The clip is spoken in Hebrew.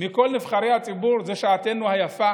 מכל נבחרי הציבור: זאת שעתנו היפה